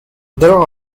there